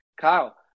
Kyle